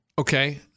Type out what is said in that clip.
Okay